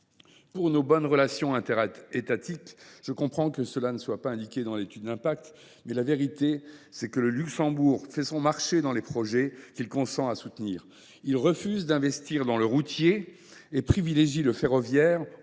Pour nos bonnes relations interétatiques, je comprends que cela ne soit pas indiqué dans l’étude d’impact, mais la vérité est que le Luxembourg fait son marché dans les projets qu’il consent à soutenir. Il refuse d’investir dans le routier et privilégie le ferroviaire